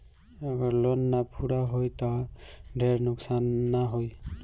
अगर लोन ना पूरा होई त ढेर नुकसान ना होई